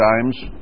times